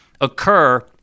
occur